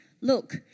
look